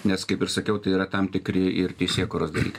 nes kaip ir sakiau tai yra tam tikri ir teisėkūros dalykai